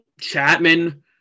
Chapman